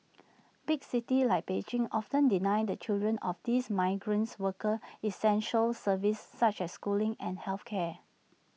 big cities like Beijing often deny the children of these migrants workers essential services such as schooling and health care